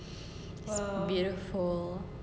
it's so beautiful